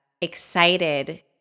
excited